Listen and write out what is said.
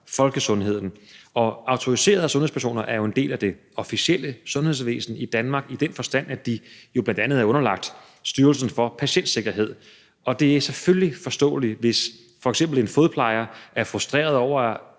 folkesundheden. Og autoriserede sundhedspersoner er jo en del af det officielle sundhedsvæsen i Danmark i den forstand, at de jo bl.a. er underlagt Styrelsen for Patientsikkerhed. Det er selvfølgelig forståeligt, hvis f.eks. en fodplejer er frustreret over,